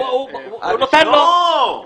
נעשה את זה בחוק,